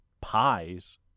Pies